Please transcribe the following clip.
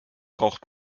braucht